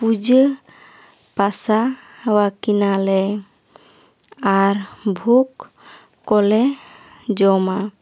ᱯᱩᱡᱟᱹ ᱯᱟᱥᱟ ᱣᱟᱠᱤᱱᱟᱞᱮ ᱟᱨ ᱵᱷᱳᱠ ᱠᱚᱞᱮ ᱡᱚᱢᱟ